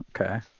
Okay